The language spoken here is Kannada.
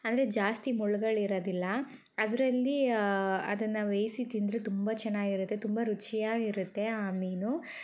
ಅಂದರೆ ಜಾಸ್ತಿ ಮುಳ್ಳುಗಳು ಇರೋದಿಲ್ಲ ಅದರಲ್ಲಿ ಅದನ್ನು ಬೇಯಿಸಿ ತಿಂದರೆ ತುಂಬ ಚೆನ್ನಾಗಿರುತ್ತೆ ತುಂಬ ರುಚಿಯಾಗಿರುತ್ತೆ ಆ ಮೀನು